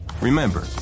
Remember